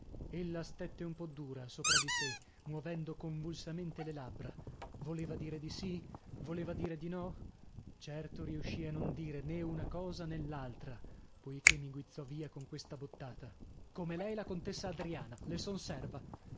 ella stette un po dura sopra di sè muovendo convulsamente le labbra voleva dire di sì voleva dire di no certo riuscì a non dire nè una cosa nè l'altra poichè mi guizzò via con questa bottata come lei la contessa adriana le son serva